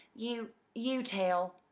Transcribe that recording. you you tell,